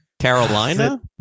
Carolina